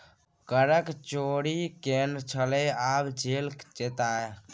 करक चोरि केने छलय आब जेल जेताह